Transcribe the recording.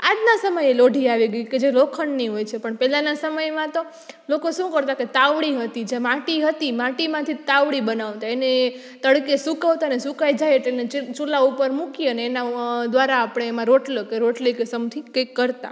આજના સમયે લોઢી આવી ગઈ કે કે જે લોખંડની હોય છે પણ પહેલાના સમયમાં તો લોકો શું કરતાં કે તાવડી હતી જે માટી હતી માટીમાંથી જ તાવડી બનાવતા એને એ તડકે સુકવતા અને સુકાઈ જાય એટલે એને ચૂલા ઉપર મૂકી અને એના દ્વારા આપણે એમાં રોટલો કે રોટલી કે સમથિંગ કંઇક કરતાં